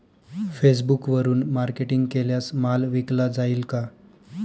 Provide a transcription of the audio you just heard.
फेसबुकवरुन मार्केटिंग केल्यास माल विकला जाईल का?